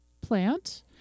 plant